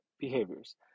behaviors